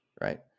right